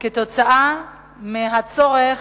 מהצורך